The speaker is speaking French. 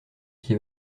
qui